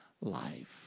Life